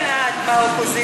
נצביע בעד באופוזיציה.